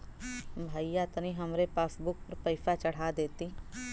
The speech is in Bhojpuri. भईया तनि हमरे पासबुक पर पैसा चढ़ा देती